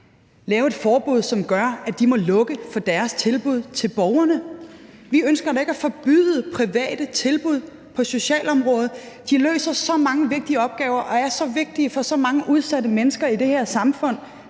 lave et forbud, som gør, at de må lukke for deres tilbud til borgerne. Vi ønsker da ikke at forbyde private tilbud på socialområdet. De løser så mange vigtige opgaver og er så vigtige for så mange udsatte mennesker i det her samfund,